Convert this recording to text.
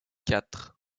quatre